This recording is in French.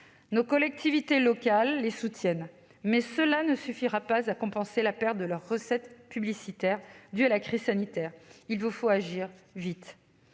Nos collectivités locales les soutiennent, mais cela ne suffira pas à compenser la perte de leurs recettes publicitaires due à la crise sanitaire. Il vous faut agir vite.